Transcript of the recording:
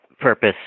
purpose